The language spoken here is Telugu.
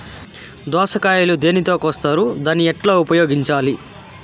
దోస కాయలు దేనితో కోస్తారు దాన్ని ఎట్లా ఉపయోగించాలి?